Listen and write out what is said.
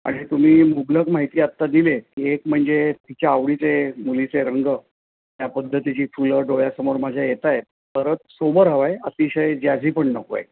आणि तुम्ही मुबलक माहिती आत्ता दिली आहे ती एक म्हणजे तिच्या आवडीचे मुलीचे रंग त्या पध्दतीची फुलं डोळ्यासमोर माझ्या येत आहेत खरंच सोबर हवं आहे अतिशय जॅझी पण नको आहे